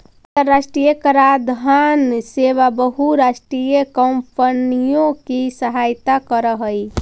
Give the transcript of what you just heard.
अन्तराष्ट्रिय कराधान सेवा बहुराष्ट्रीय कॉम्पनियों की सहायता करअ हई